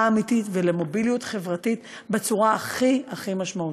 אמיתית ולמוביליות חברתית בצורה הכי הכי משמעותית.